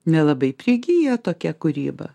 nelabai prigyja tokia kūryba